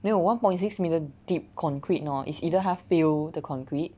没有 one point six meter deep concrete hor is either 他 fill the concrete